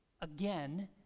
again